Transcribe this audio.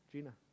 Gina